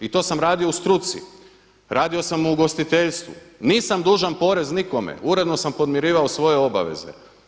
I to sam radio u struci, radio sam u ugostiteljstvu, nisam dužan porez nikome, uredno sam podmirivao svoje obaveze.